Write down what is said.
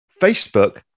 Facebook